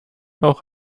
auch